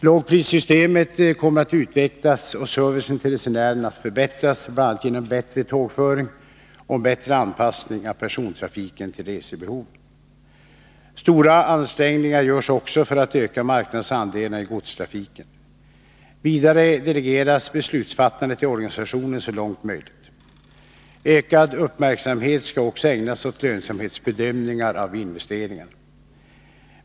Lågprissystemet kommer att utvecklas och servicen till resenärerna att förbättras bl.a. genom bättre tågföring och en bättre anpassning av persontrafiken till resebehoven. Stora ansträngningar görs också för att öka marknadsandelarna i godstrafiken. Vidare delegeras beslutsfattandet i organisationen så långt som möjligt. Ökad uppmärksamhet skall också ägnas åt lönsamhetsbedömningar av investeringarna.